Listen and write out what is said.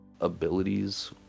abilities